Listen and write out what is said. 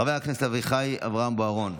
חבר הכנסת אביחי אברהם בוארון,